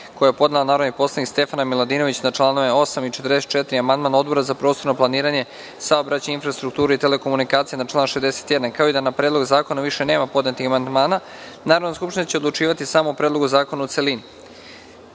koje je podnela narodni poslanik Stefana Miladinović na članove 8. i 44. i amandman Odbora za prostorno planiranje, saobraćaj, infrastrukturu i telekomunikacije na član 61, kao i da na Predlog zakona više nema podnetih amandmana, Narodna skupština će odlučivati samo o Predlogu zakona u